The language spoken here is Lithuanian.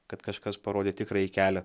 kad kažkas parodė tikrąjį kelią